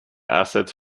assets